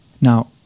Now